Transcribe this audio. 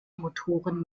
motoren